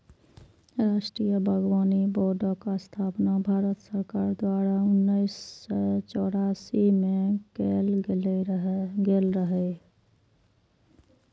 राष्ट्रीय बागबानी बोर्डक स्थापना भारत सरकार द्वारा उन्नैस सय चौरासी मे कैल गेल रहै